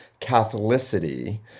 Catholicity